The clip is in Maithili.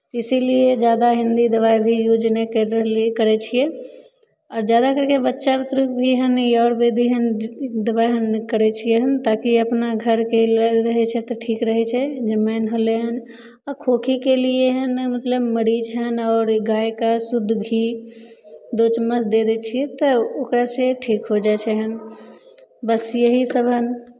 इसीलिए ज्यादा हिन्दी दबाइ भी यूज नहि करि रहलियै करै छियै आओर ज्यादा करि कऽ बच्चा बितरुक भी एहन आयुर्वेदी दबाइ एहन करै छियै एहन ताकि अपना घरके रहै छै तऽ ठीक रहै छै जे मेन होलै हन आ खोँखीके लिए हइ ने मतलब मरीज हइ ने आओर गायके शुद्ध घी दू चम्मच दऽ दै छियै तऽ ओकरासँ ठीक हो जाइ छै एहन बस यहीसभ हन